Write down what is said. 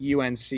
UNC